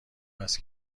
است